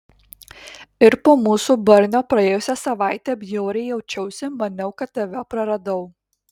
ir po mūsų barnio praėjusią savaitę bjauriai jaučiausi maniau kad tave praradau